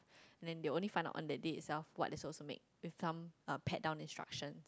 and then they will only find out on the day itself what is also made with some uh pad down instructions